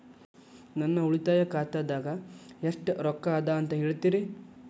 ನನ್ನ ಉಳಿತಾಯ ಖಾತಾದಾಗ ಎಷ್ಟ ರೊಕ್ಕ ಅದ ಅಂತ ಹೇಳ್ತೇರಿ?